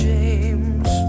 James